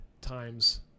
times